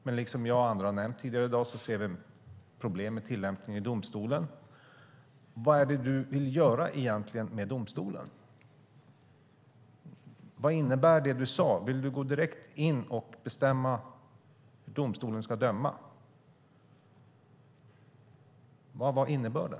Men som jag och andra har nämnt tidigare i dag ser vi problem med tillämpningen i domstolen. Vad är det egentligen du vill göra med domstolen? Vad innebär det du sade? Vill du gå direkt in och bestämma hur domstolen ska döma? Vilken var innebörden?